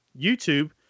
YouTube